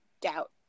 doubt